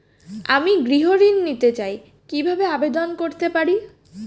আমি গৃহ ঋণ নিতে চাই কিভাবে আবেদন করতে পারি?